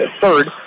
third